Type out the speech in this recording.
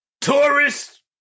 Tourist